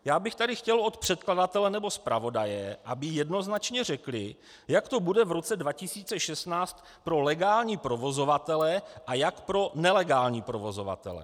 Já bych tady chtěl od předkladatele nebo zpravodaje, aby jednoznačně řekli, jak to bude v roce 2016 pro legální provozovatele a jak pro nelegální provozovatele.